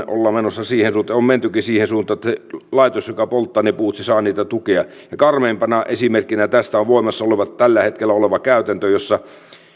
ollaan menossa ja on mentykin siihen suuntaan että se laitos joka polttaa ne puut saa sitä tukea karmeimpana esimerkkinä tästä on tällä hetkellä voimassa oleva käytäntö jossa